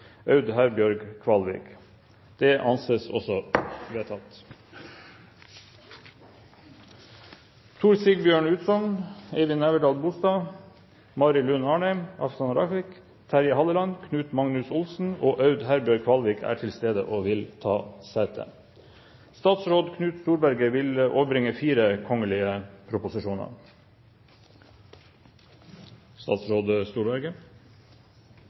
Aud Herbjørg Kvalvik Tor Sigbjørn Utsogn, Eivind Nævdal-Bolstad, Mari Lund Arnem, Afshan Rafiq, Terje Halleland, Knut Magnus Olsen og Aud Herbjørg Kvalvik er til stede og vil ta sete. Representanten Mette Hanekamhaug vil